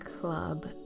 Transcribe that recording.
Club